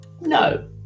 No